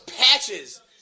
patches